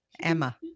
emma